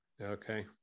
Okay